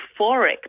euphoric